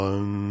One